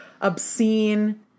obscene